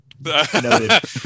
Noted